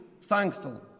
thankful